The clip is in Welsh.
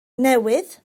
newydd